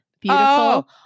Beautiful